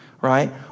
right